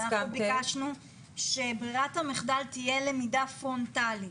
אנחנו ביקשנו שברירת המחדל תהיה למידה פרונטלית.